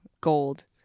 gold